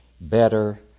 better